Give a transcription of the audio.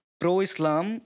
pro-Islam